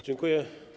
Dziękuję.